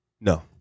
No